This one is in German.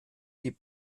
die